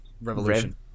Revolution